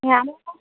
হ্যাঁ আমি তো